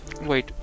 Wait